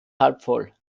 halbvoll